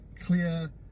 clear